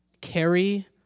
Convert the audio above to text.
carry